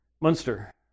Munster